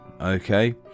Okay